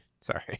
Sorry